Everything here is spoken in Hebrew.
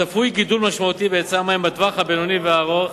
צפוי גידול משמעותי בהיצע המים בטווח הבינוני והארוך,